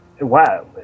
Wow